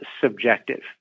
subjective